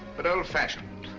but old fashioned.